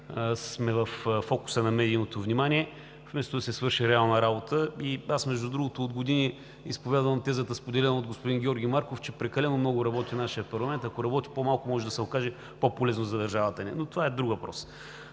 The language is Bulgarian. сме във фокуса на медийното внимание, вместо да се свърши реална работа. Между другото, аз от години изповядвам тезата, споделена от господин Георги Марков, че прекалено много работи нашият парламент. Ако работи по-малко, може да се окаже по полезно за държавата ни, но това е друг въпрос.